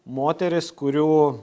moteris kurių